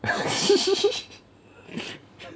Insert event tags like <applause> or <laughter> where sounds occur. <laughs>